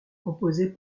composée